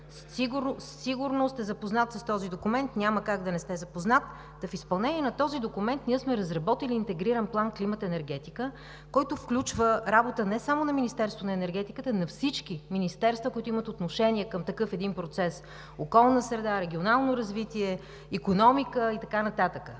Сигурно сте запознат с този документ, няма как да не сте запознат. В изпълнение на този документ ние сме разработили Интегриран план „Климат – енергетика“, който включва работата не само на Министерството на енергетиката, но и на всички министерства, които имат отношение към един такъв процес – околна среда, регионално развитие, икономика и така нататък.